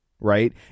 Right